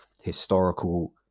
historical